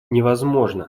невозможно